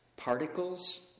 Particles